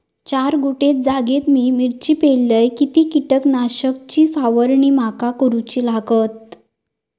चार गुंठे जागेत मी मिरची पेरलय किती कीटक नाशक ची फवारणी माका करूची लागात?